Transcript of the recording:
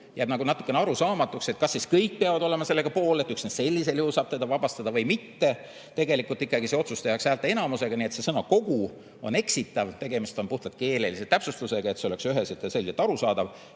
jääb natuke arusaamatuks, kas kõik peavad olema selle poolt ja üksnes sellisel juhul saab teda vabastada või mitte. Tegelikult ikkagi see otsus tehakse häälteenamusega, nii et see sõna "kogu" on eksitav. Tegemist on puhtalt keelelise täpsustusega, et oleks üheselt ja selgelt arusaadav,